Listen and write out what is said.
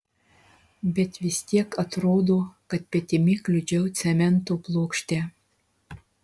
bet vis tiek atrodo kad petimi kliudžiau cemento plokštę